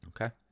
okay